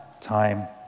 time